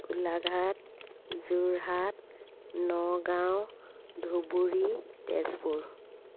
Golaghat Jorhat Nagaon Dhubri Tezpur